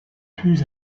plus